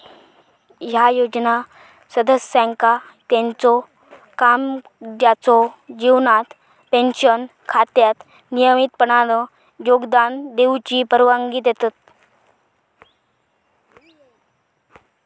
ह्या योजना सदस्यांका त्यांच्यो कामकाजाच्यो जीवनात पेन्शन खात्यात नियमितपणान योगदान देऊची परवानगी देतत